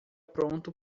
pronto